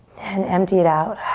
and empty it out.